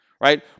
right